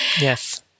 Yes